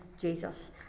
Jesus